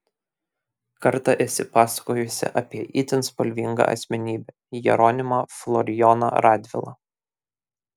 kartą esi pasakojusi apie itin spalvingą asmenybę jeronimą florijoną radvilą